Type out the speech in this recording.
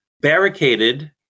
barricaded